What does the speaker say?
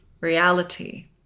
reality